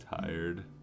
tired